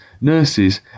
nurses